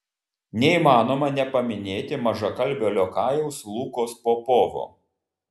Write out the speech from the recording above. neįmanoma nepaminėti mažakalbio liokajaus lukos popovo